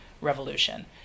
revolution